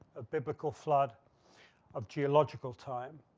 a biblical flood of geological time.